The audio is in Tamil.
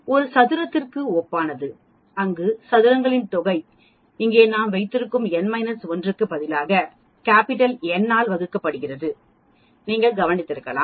ஒரு சதுரத்திற்கு ஒப்பானது அங்கு சதுரங்களின் தொகை இங்கே நாம் வைத்திருக்கும் n 1 க்கு பதிலாக N ஆல் வகுக்கப்படுகிறது நீங்கள் கவனித்திருக்கலாம்